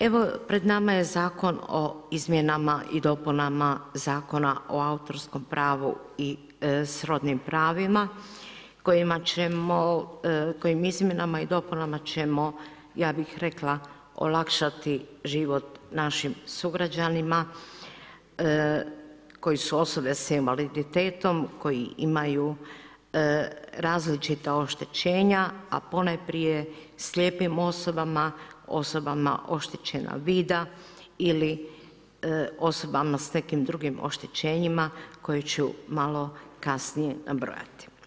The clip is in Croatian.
Evo pred nama je zakon o izmjenama i dopunama Zakona o autorskom pravu i srodnim pravima kojim izmjenama i dopunama ćemo, ja bih rekla, olakšati život našim sugrađanima koji su osobe s invaliditetom, koji imaju različita oštećenja, a ponajprije slijepim osobama, osobama oštećena vida ili osobama s nekim drugim oštećenjima koje ću malo kasnije nabrojati.